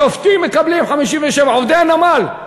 שופטים מקבלים 57,000, עובדי הנמל,